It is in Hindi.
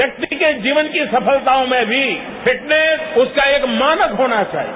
व्यक्ति के जीवन की सफलताओं में भी फिटनेस उसका एक मानक होना चाहिए